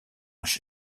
chez